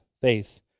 faith